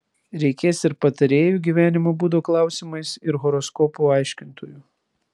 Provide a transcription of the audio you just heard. reikės ir patarėjų gyvenimo būdo klausimais ir horoskopų aiškintojų